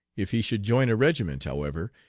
if he should join a regiment, however,